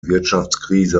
wirtschaftskrise